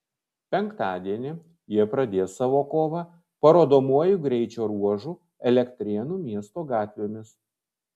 penktadienį jie pradės savo kovą parodomuoju greičio ruožu elektrėnų miesto gatvėmis